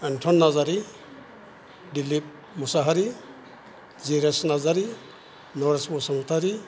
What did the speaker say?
Anton Narzary Dilip Mushahary Jires Narzary Naresh Basumatary